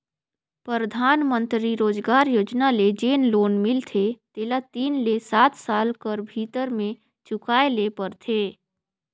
परधानमंतरी रोजगार योजना ले जेन लोन मिलथे तेला तीन ले सात साल कर भीतर में चुकाए ले परथे